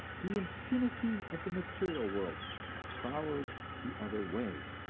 the infinity of the material world followed the other way,